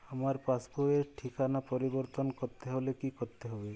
আমার পাসবই র ঠিকানা পরিবর্তন করতে হলে কী করতে হবে?